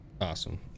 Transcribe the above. awesome